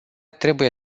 trebuie